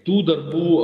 tų darbų